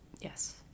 Yes